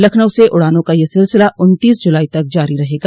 लखनऊ से उड़ानों का यह सिलसिला उन्तीस जुलाई तक जारी रहेगा